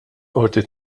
qorti